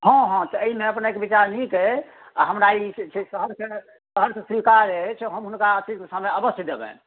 हँ हँ तऽ एहिमे अपनेक विचार नीक अइ आ हमरा ई जे छै सहर्ष सहर्ष स्वीकार अछि हम हुनका अतिरिक्त समय अवश्य देबनि